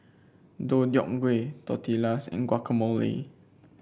Deodeok Gui Tortillas and Guacamole